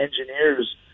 engineers